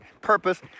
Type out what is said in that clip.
purpose